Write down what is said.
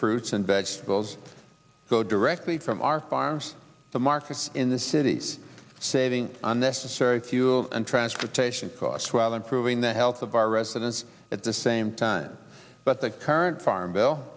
fruits and vegetables go directly from our farms the markets in the cities saving unnecessary fuel and transportation costs while improving the health of our residents at the same time but the current farm bill